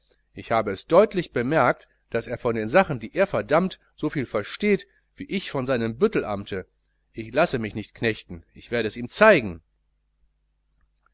ich habe es deutlich bemerkt daß er von den sachen die er verdammt so viel versteht wie ich von seinem büttelamte ich lasse mich nicht knechten ich werde es ihm zeigen